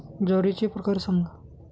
ज्वारीचे प्रकार सांगा